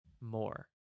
more